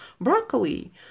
broccoli